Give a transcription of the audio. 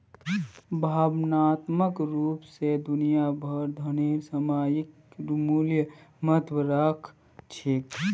भावनात्मक रूप स दुनिया भरत धनेर सामयिक मूल्य महत्व राख छेक